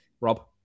Rob